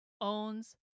owns